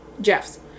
Jeff's